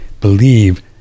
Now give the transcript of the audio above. believe